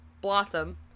Blossom